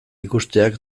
ikusteak